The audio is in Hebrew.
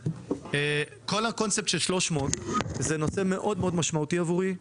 כל הקונספט של "300" זה נושא מאוד מאוד משמעותי עבורי.